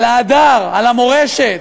על ההדר, על המורשת,